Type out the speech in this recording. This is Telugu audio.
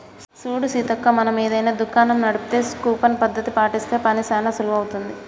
చూడు సీతక్క మనం ఏదైనా దుకాణం నడిపితే కూపన్ పద్ధతి పాటిస్తే పని చానా సులువవుతుంది